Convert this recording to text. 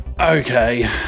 Okay